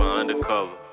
undercover